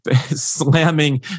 slamming